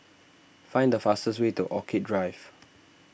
find the fastest way to Orchid Drive